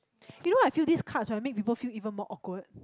you know what I feel this cards right make people feel even more awkward